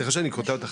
סליחה שאני קוטע אותך,